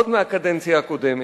עוד מהקדנציה הקודמת,